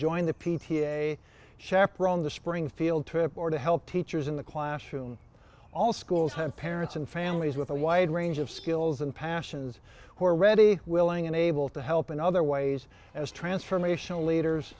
join the p t a chaperone the spring field trip or to help teachers in the classroom all schools have parents and families with a wide range of skills and passions who are ready willing and able to help in other ways as transformational leaders